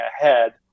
ahead